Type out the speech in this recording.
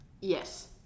yes